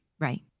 right